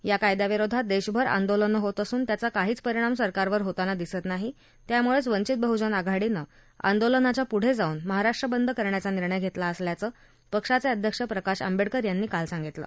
या कायद्याविरोधात देशभर आंदोलनं होत असून त्याचा काहीच परिणाम सरकारवर होताना दिसत नाही त्यामुळेच वंचित बहुजन आघाडीनं आंदोलनाच्या पुढे जाऊन महाराष्ट्र बंद करण्याचा निर्णय घेतला असल्याचं पक्षाचे अध्यक्ष प्रकाश आंबेडकर यांनी काल सांगितलं